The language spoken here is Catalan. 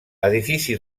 edifici